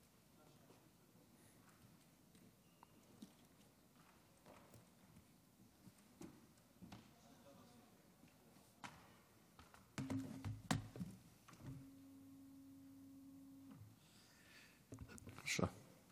בבקשה.